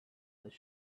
their